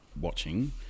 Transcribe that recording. watching